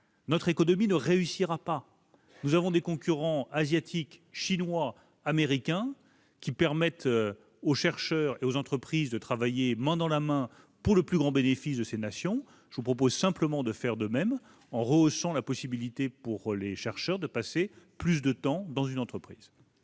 notre économie ne réussira pas. Nous avons des concurrents asiatiques, par exemple chinois, et américains qui permettent aux chercheurs et aux entreprises de travailler main dans la main pour le plus grand bénéfice de ces nations. Je vous propose simplement de faire de même, en rehaussant la possibilité pour les chercheurs de passer plus de temps dans une entreprise.